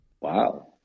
Wow